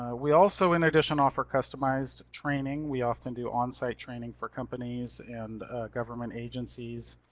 ah we also, in addition, offer customized training. we often do on-site training for companies and government agencies,